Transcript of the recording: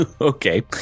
okay